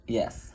Yes